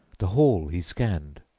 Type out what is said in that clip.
the hall he scanned.